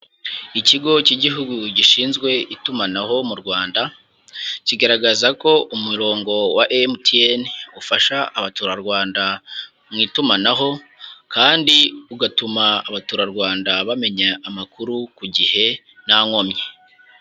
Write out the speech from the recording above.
Ikigo cy'igihugu gishinzwe itumanaho mu Rwanda kigaragaza ko umurongo wa MTN ufasha abaturarwanda mu itumanaho kandi ugatuma abaturarwanda bamenya amakuru ku gihe nta nkomyi.